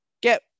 get